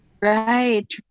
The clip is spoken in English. Right